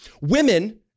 Women